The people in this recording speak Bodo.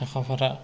साखा फारा